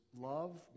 love